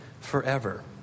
forever